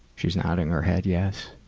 she's nodding her head yes.